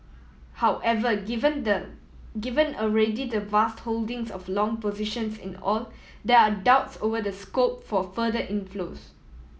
however given the given already the vast holdings of long positions in oil there are doubts over the scope for further inflows